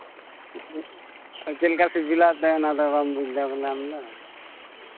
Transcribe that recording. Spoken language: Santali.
ᱪᱮᱫᱞᱮᱠᱟ ᱥᱤᱵᱤᱞᱟ ᱮᱱᱛᱮᱫ ᱚᱱᱟ ᱫᱚ ᱵᱟᱢ ᱵᱩᱡᱽᱫᱟ ᱵᱚᱞᱮ ᱟᱢ ᱫᱚ